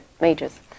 majors